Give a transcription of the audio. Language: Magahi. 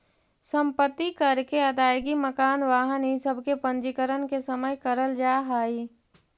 सम्पत्ति कर के अदायगी मकान, वाहन इ सब के पंजीकरण के समय करल जाऽ हई